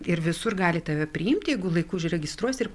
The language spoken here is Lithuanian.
ir visur gali tave priimti jeigu laiku užregistruosi ir